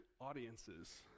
audiences